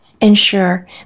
ensure